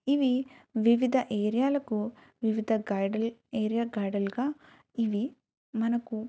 ఇవి వివిధ ఏరియాలకు వివిధ గైడ్ ఏరియా గైడ్ల్గా ఇవి మనకు